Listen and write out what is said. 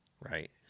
right